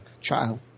child